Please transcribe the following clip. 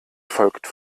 folgt